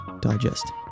digest